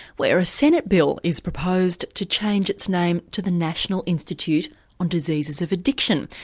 where a senate bill is proposed, to change its name to the national institute on diseases of addiction.